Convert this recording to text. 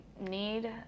need